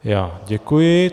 Já děkuji.